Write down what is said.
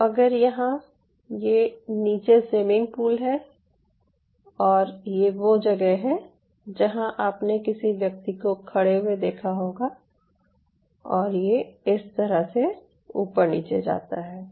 तो अगर यह नीचे स्विमिंग पूल है और ये वो जगह है जहां आपने किसी व्यक्ति को खड़े हुए देखा होगा और ये इस तरह से ऊपर नीचे जाता है